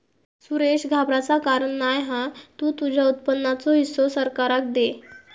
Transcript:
सुरेश घाबराचा कारण नाय हा तु तुझ्या उत्पन्नाचो हिस्सो सरकाराक दे